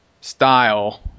style